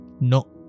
No